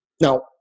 now